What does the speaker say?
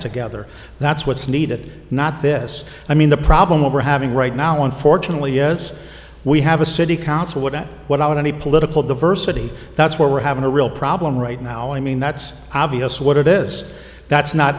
together that's what's needed not this i mean the problem we're having right now unfortunately yes we have a city council but at what i would any political diversity that's where we're having a real problem right now i mean that's obvious what it is that's not